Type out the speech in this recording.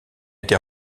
été